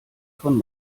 von